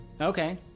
Okay